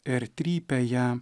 ir trypia ją